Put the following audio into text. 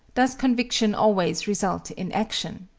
does conviction always result in action?